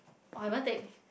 oh I haven't take